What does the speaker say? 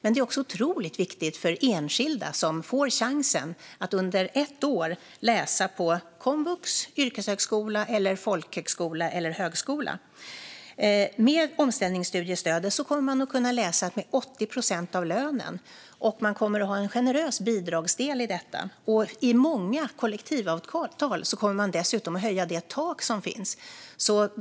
Det är också otroligt viktigt för enskilda som får chansen att under ett år läsa på komvux, yrkeshögskola, folkhögskola eller högskola. Med omställningsstudiestödet kommer man att kunna läsa med 80 procent av lönen, och det kommer att finnas en generös bidragsdel i detta. I många kollektivavtal kommer dessutom det tak som finns att höjas.